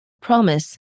promise